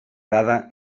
dada